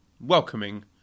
welcoming